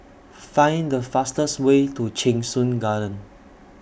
Find The fastest Way to Cheng Soon Garden